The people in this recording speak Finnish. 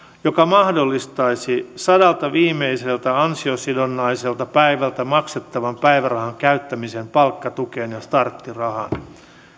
joka mahdollistaisi sadalta viimeiseltä ansiosidonnaiselta päivältä maksettavan päivärahan käyttämisen palkkatukeen ja starttirahaan